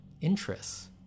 interests